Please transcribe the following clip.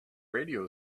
radio